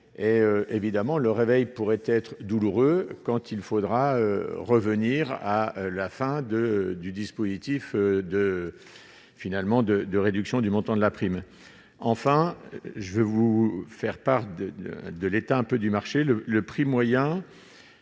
Et évidemment, le réveil pourrait être douloureux quand il faudra revenir à la fin de du dispositif de finalement de de réduction du montant de la prime, enfin, je veux vous faire part de de l'État un peu du marché, le, le prix moyen